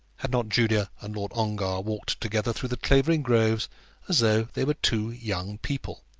had not julia and lord ongar walked together through the clavering groves as though they were two young people.